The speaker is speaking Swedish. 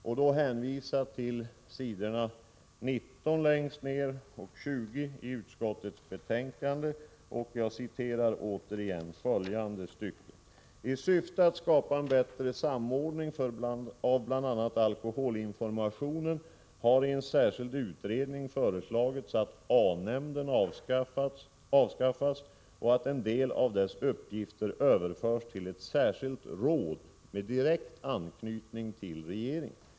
Jag hänvisar till vad som står i utskottets betänkande längst ned på s. 19 och på s. 20: ”I syfte att skapa en bättre samordning av bl.a. alkoholinformationen har i en särskild utredning föreslagits att a-nämnden avskaffas och att en del av dess uppgifter överförs till ett särskilt råd med direkt anknytning till regeringen.